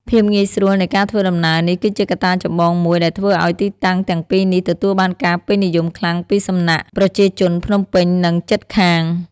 ភាពងាយស្រួលនៃការធ្វើដំណើរនេះគឺជាកត្តាចម្បងមួយដែលធ្វើឲ្យទីតាំងទាំងពីរនេះទទួលបានការពេញនិយមខ្លាំងពីសំណាក់ប្រជាជនភ្នំពេញនិងជិតខាង។